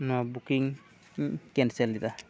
ᱱᱚᱣᱟ ᱵᱩᱠᱤᱝ ᱤᱧ ᱠᱮᱱᱥᱮᱞ ᱮᱫᱟ